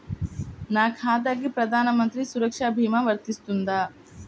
నా ఖాతాకి ప్రధాన మంత్రి సురక్ష భీమా వర్తిస్తుందా?